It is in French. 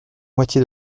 moitié